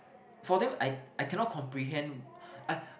for them I I cannot comprehend I